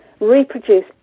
reproduce